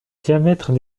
diamètres